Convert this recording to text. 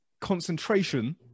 concentration